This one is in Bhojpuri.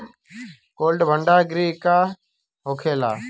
कोल्ड भण्डार गृह का होखेला?